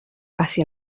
passi